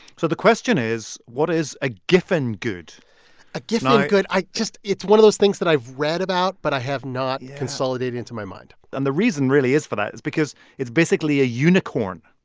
so the question is what is a giffen good a giffen good i just it's one of those things that i've read about, but i have not consolidated into my mind and the reason really is for that is because it's basically a unicorn.